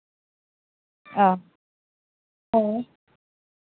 ᱚ ᱦᱳᱭ